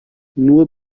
nur